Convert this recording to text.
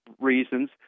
reasons